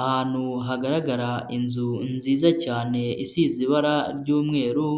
Ahantu hagaragara inzu nziza cyane isize ibara ry'umweru,